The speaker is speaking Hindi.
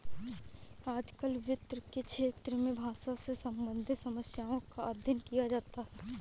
आजकल वित्त के क्षेत्र में भाषा से सम्बन्धित समस्याओं का अध्ययन किया जाता है